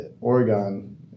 Oregon